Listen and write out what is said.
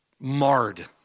marred